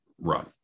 run